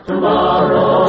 Tomorrow